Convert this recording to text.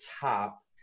top